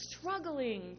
struggling